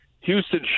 Houston